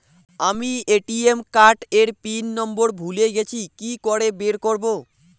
আমি ATM card এর pin number ভুলে গেছি কি করে বের করব?